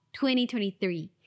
2023